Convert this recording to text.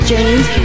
James